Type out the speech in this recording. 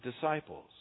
disciples